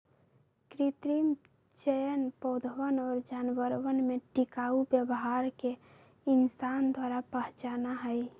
कृत्रिम चयन पौधवन और जानवरवन में टिकाऊ व्यवहार के इंसान द्वारा पहचाना हई